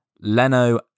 Leno